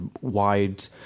wide